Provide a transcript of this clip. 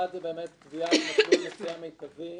אחד הוא באמת קביעת מסלול נסיעה מיטבי,